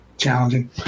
Challenging